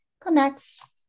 connects